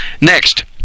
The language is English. Next